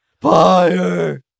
fire